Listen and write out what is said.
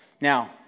Now